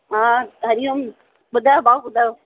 हा हरिओम ॿुधायो भाउ ॿुधायो